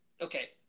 Okay